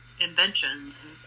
inventions